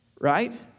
right